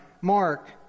Mark